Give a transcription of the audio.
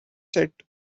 set